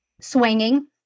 swinging